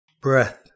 breath